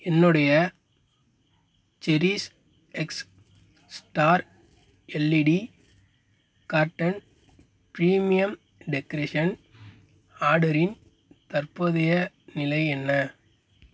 என்னுடைய series X star LED curtain premium decoration ஆர்டரின் தற்போதைய நிலை என்ன